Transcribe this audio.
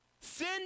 Sin